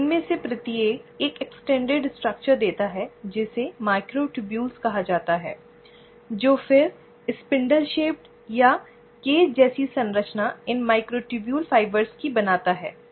तो इनमें से प्रत्येक एक विस्तारित संरचना देता है जिसे माइक्रोट्यूबुल्स कहा जाता है जो फिर स्पिंडल के आकार या पिंजरा जैसी संरचना इन माइक्रोट्यूबुल फाइबर की बनाता है